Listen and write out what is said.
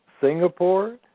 Singapore